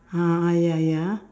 ah ya ya